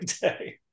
day